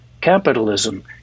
capitalism